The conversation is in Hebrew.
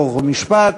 חוק ומשפט,